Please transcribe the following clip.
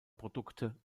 produkte